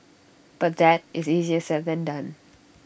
but that is easier said than done